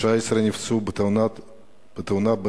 19 נפצעו בתאונה ברמת-הגולן,